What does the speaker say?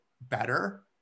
better